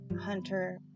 hunter